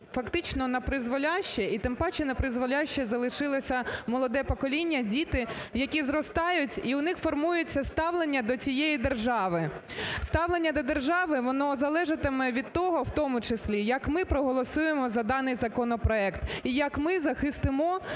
фактично напризволяще і тим паче, напризволяще залишилося молоде покоління, діти, які зростають і у них формується ставлення до цієї держави. Ставлення до держави, воно залежатиме від того, в тому числі, як ми проголосуємо за даний законопроект і як ми захистимо